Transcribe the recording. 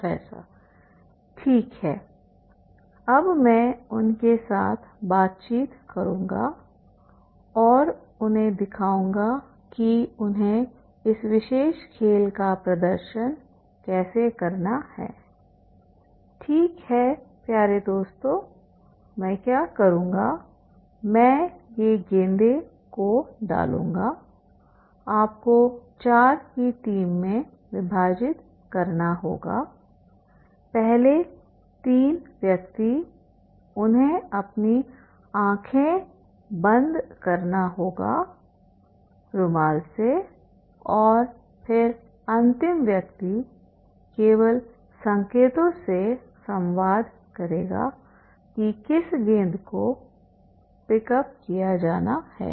professor ठीक है अब मैं उनके साथ बातचीत करूँगा और उन्हें दिखाऊँगा कि उन्हें इस विशेष खेल का प्रदर्शन कैसे करना है ठीक है प्यारे दोस्तों मैं क्या करूँगा मैं ये गेंदों को डालूँगा आपको 4 की टीम में विभाजित करना होगा पहले 3 व्यक्ति उन्हें अपने आंखें को बंद करना होगा रूमाल से और फिर अंतिम व्यक्ति केवल संकेतों से संवाद करेगा कि किस गेंद को पिकअप किया जाना है